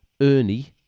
Ernie